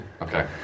Okay